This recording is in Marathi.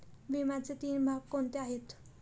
विम्याचे तीन भाग कोणते आहेत?